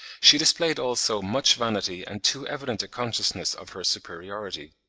she displayed also much vanity and too evident a consciousness of her superiority.